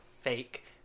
fake